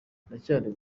ndacyari